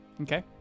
Okay